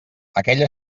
aquell